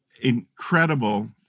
incredible